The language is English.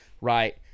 Right